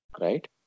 right